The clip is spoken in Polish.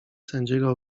sędziego